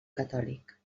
catòlic